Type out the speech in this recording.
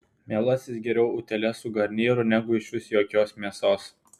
mielasis geriau utėlė su garnyru negu išvis jokios mėsos